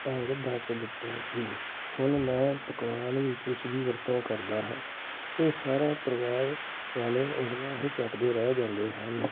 ਢੰਗ ਦੱਸ ਦਿੱਤਾ ਸੀ ਹੁਣ ਮੈਂ ਪਕਵਾਨ ਵਿੱਚ ਉਸ ਦੀ ਵਰਤੋਂ ਕਰਦਾ ਹਾਂ ਅਤੇ ਸਾਰਾ ਪਰਿਵਾਰ ਵਾਲੇ ਉਂਗਲਾਂ ਹੀ ਚੱਟ ਦੇ ਰਹਿ ਜਾਂਦੇ ਹਨ